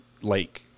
lake